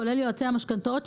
כולל יועצי המשכנתאות,